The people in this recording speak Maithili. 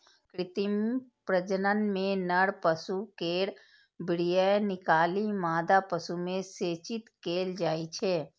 कृत्रिम प्रजनन मे नर पशु केर वीर्य निकालि मादा पशु मे सेचित कैल जाइ छै